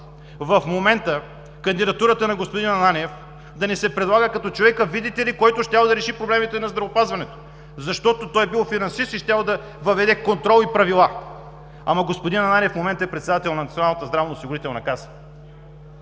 в момента кандидатурата на господин Ананиев да ни се предлага като човека, видите ли, който щял да реши проблемите на здравеопазването, защото бил финансист и щял да въведе контрол и правила. Господин Ананиев в момента е председател на Националната здравноосигурителна каса,